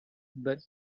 but